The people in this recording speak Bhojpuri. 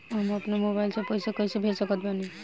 हम अपना मोबाइल से पैसा कैसे भेज सकत बानी?